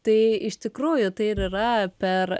tai iš tikrųjų tai ir yra per